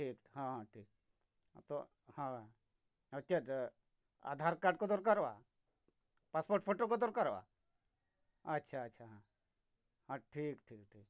ᱴᱷᱤᱠ ᱦᱮᱸ ᱴᱷᱤᱠ ᱦᱮᱸ ᱛᱚ ᱦᱮᱸ ᱪᱮᱫ ᱟᱫᱷᱟᱨ ᱠᱟᱨᱰ ᱠᱚ ᱫᱚᱨᱠᱟᱨᱚᱜᱼᱟ ᱯᱟᱥᱯᱳᱨᱴ ᱯᱷᱳᱴᱳ ᱠᱚ ᱫᱚᱨᱠᱟᱨᱚᱜᱼᱟ ᱟᱪᱪᱷᱟ ᱟᱪᱪᱷᱟ ᱦᱮᱸ ᱴᱷᱤᱠ ᱴᱷᱤᱠ ᱴᱷᱤᱠ